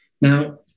Now